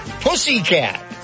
Pussycat